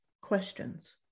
questions